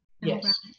Yes